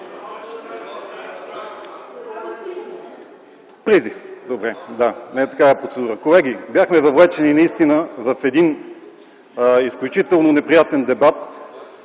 Призив, добре – не процедура. Колеги, бяхме въвлечени наистина в един изключително неприятен дебат,